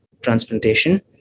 transplantation